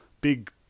Big